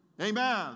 Amen